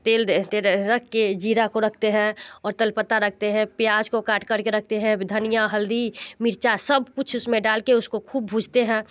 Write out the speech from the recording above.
तेल रख के जीरा को रखते हैं और तलपत्ता रखते हैं प्याज को काटकर के रखते हैं अब धनिया हल्दी मिर्चा सब कुछ उसमें डाल के उसको खूब भूजते हैं